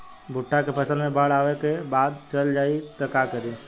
भुट्टा के फसल मे बाढ़ आवा के बाद चल जाई त का करी?